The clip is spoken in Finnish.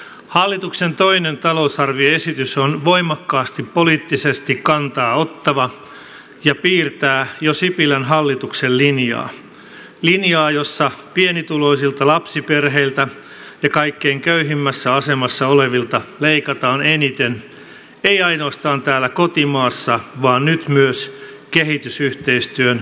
hallituksen toinen talousarvioesitys on voimakkaasti poliittisesti kantaa ottava ja piirtää jo sipilän hallituksen linjaa linjaa jossa pienituloisilta lapsiperheiltä ja kaikkein köyhimmässä asemassa olevilta leikataan eniten ei ainoastaan täällä kotimaassa vaan nyt myös kehitysyhteistyön yhteistyömaiden lapsilta